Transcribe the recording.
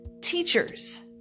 teachers